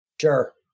Sure